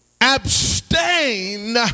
abstain